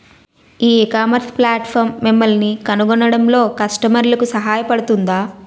ఈ ecommerce platform మిమ్మల్ని కనుగొనడంలో కస్టమర్లకు సహాయపడుతుందా?